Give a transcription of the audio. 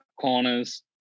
corners